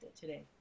today